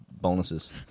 bonuses